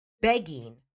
begging